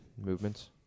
movements